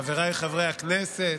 חבריי חברי הכנסת,